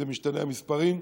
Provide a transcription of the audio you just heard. המספרים משתנים,